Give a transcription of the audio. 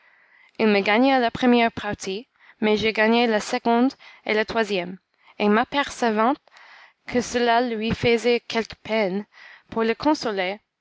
il me gagna la première partie mais je gagnai la seconde et la troisième et m'apercevant que cela lui faisait quelque peine pour le consoler